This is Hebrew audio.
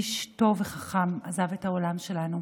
איש טוב וחכם עזב את העולם שלנו.